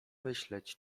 myśleć